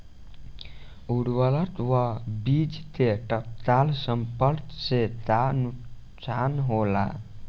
उर्वरक व बीज के तत्काल संपर्क से का नुकसान होला?